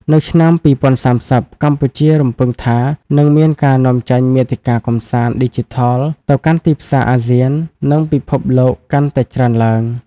នៅឆ្នាំ ២០៣០ កម្ពុជារំពឹងថានឹងមានការនាំចេញមាតិកាកម្សាន្តឌីជីថលទៅកាន់ទីផ្សារអាស៊ាន និងពិភពលោកកាន់តែច្រើនឡើង។